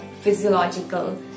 physiological